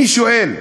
אני שואל: